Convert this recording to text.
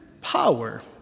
power